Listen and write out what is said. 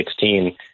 2016